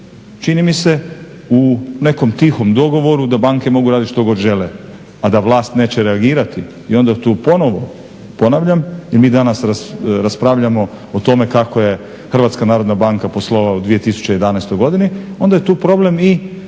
čini mi se u nekom tihom dogovoru da banke mogu raditi što god žele, a da vlast neće reagirati. I onda tu ponovno ponavljam, jer mi danas raspravljamo o tome kako je Hrvatska narodna banka poslovala u 2011. godini, onda je tu problem i